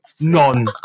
None